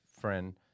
friend